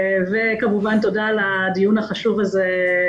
כמובן תודה על הדיון החשוב מאוד הזה,